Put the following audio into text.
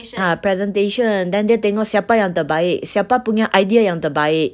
ah presentation then dia tengok siapa yang terbaik siapa punya idea yang terbaik